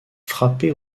frappée